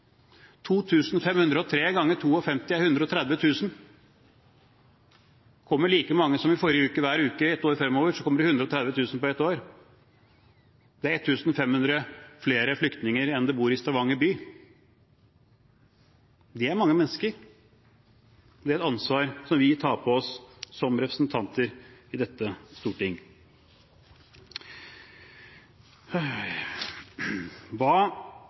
Kommer det like mange flyktninger som i forrige uke hver uke i ett år fremover, kommer det 130 000 på ett år. Det er 1 500 flere enn det bor i Stavanger by. Det er mange mennesker, og det er et ansvar som vi tar på oss som representanter i dette storting.